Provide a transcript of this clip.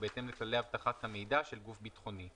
ובהתאם לכללי אבטחת המידע של גוף ביטחוני.